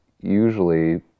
Usually